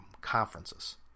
conferences